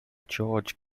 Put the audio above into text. george